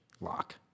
Lock